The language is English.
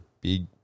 big